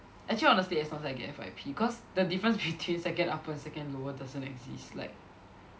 actually honestly as long as I get F_Y_P cause the difference between second upper and second lower doesn't exist like